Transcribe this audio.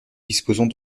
disposons